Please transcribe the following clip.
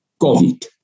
COVID